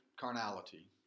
carnality